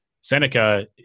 Seneca